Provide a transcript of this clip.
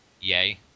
Yay